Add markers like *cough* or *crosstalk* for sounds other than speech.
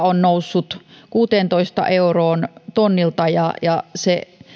*unintelligible* on noussut kuuteentoista euroon tonnilta se